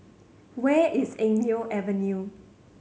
where is Eng Neo Avenue